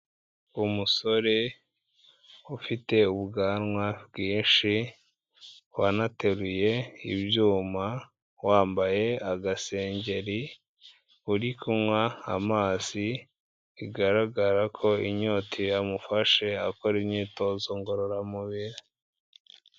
Umusore ufite ubwanwa bwinshi, wanateruye ibyuma, wambaye agasengeri uri kunywa amazi, bigaragara ko inyota yamufashe akora imyitozo ngororamubiri.